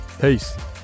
Peace